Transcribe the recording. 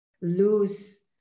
lose